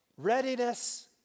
Readiness